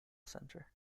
center